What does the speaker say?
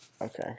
okay